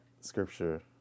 scripture